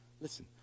Listen